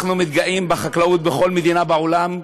אנחנו מתגאים בחקלאות בכל מדינה בעולם.